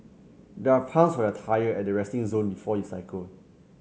there are pumps for your tyre at the resting zone before you cycle